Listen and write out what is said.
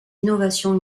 innovations